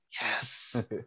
yes